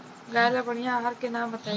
गाय ला बढ़िया आहार के नाम बताई?